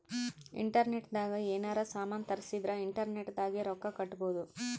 internet ದಾಗ ಯೆನಾರ ಸಾಮನ್ ತರ್ಸಿದರ ಇಂಟರ್ನೆಟ್ ದಾಗೆ ರೊಕ್ಕ ಕಟ್ಬೋದು